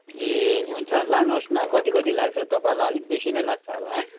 ए हुन्छ लानुहोस् न कति कति लाग्छ तपाईँलाई अलिक बेसी नै लाग्छ होला